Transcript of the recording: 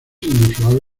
inusual